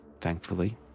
thankfully